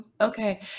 Okay